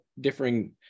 differing